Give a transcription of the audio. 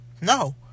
No